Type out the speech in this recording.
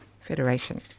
Federation